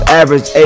average